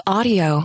Audio